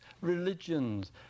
religions